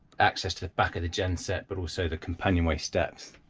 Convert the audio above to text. access to the back of the gen set, but also the companionway steps